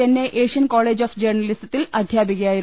Chennai Asian college of ജേർണലിസത്തിൽ അധ്യാപികയായിരുന്നു